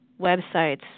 websites